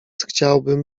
chciałbym